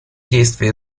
действия